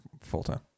full-time